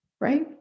Right